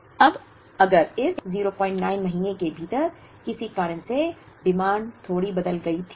अब अगर इस 09 महीने के भीतर किसी कारण से डिमांड थोड़ी बदल गई थी